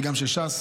וגם של ש"ס.